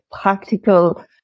practical